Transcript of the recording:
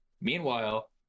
Meanwhile